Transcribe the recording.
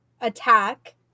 attack